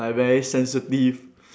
like very sensitive